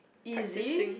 easy